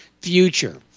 future